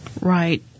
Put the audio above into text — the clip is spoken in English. Right